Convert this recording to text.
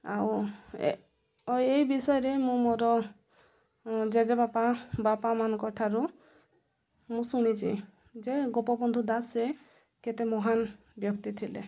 ଆଉ ଏ ଓ ଏଇ ବିଷୟରେ ମୁଁ ମୋର ଜେଜେବାପା ବାପା ମାନଙ୍କଠାରୁ ମୁଁ ଶୁଣିଛି ଯେ ଗୋପବନ୍ଧୁ ଦାସ ସେ କେତେ ମହାନ ବ୍ୟକ୍ତି ଥିଲେ